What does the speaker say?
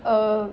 err